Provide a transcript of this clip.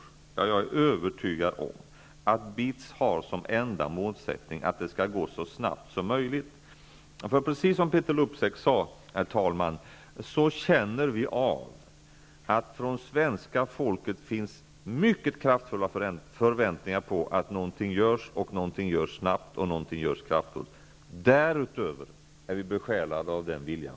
Jag är övertygad om att BITS har som enda mål att det skall gå så snabbt som möjligt. Herr talman! Precis som Peeter Luksep sade känner vi av att det från svenska folket finns mycket stora förväntningar på att något görs, och att det görs snabbt och kraftfullt. Därutöver är vi själva besjälade av den viljan.